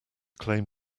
claim